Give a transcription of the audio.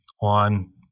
on